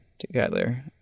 together